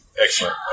excellent